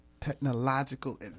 technological